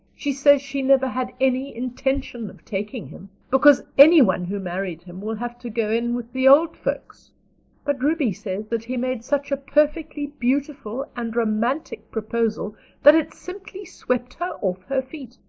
she says she never had any intention of taking him, because any one who married him will have to go in with the old folks but ruby says that he made such a perfectly beautiful and romantic proposal that it simply swept her off her feet.